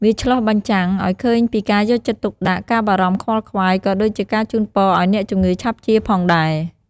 វាឆ្លុះបញ្ចាំងឱ្យឃើញពីការយកចិត្តទុកដាក់ ការបារម្ភខ្វល់ខ្វាយ ក៏ដូចជាការជូនពរឱ្យអ្នកជំងឺឆាប់ជាផងដែរ។